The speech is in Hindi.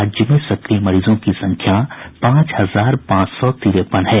राज्य में सक्रिय मरीजों की संख्या पांच हजार पांच सौ तिरेपन है